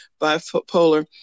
bipolar